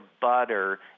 butter